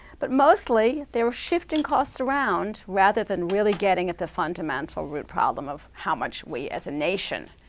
but mostly, they're shifting costs around rather than really getting at the fundamental root problem of how much we as a nation,